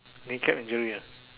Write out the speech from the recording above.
knee cap injury ah